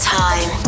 time